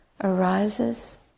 arises